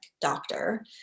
doctor